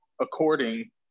according